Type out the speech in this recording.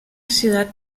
ciudad